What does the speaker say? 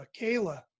Kayla